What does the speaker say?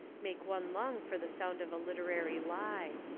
make one long for the sound of a literary lie.